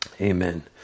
Amen